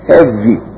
Heavy